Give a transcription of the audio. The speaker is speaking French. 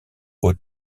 aux